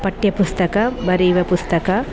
ಪಠ್ಯ ಪುಸ್ತಕ ಬರೆಯುವ ಪುಸ್ತಕ